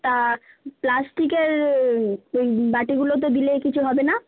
তা প্লাস্টিকের ওই বাটিগুলোতে দিলে কিছু হবে না